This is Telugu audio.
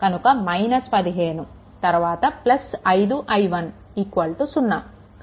కనుక 15 తరువాత 5i1 0